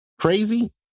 crazy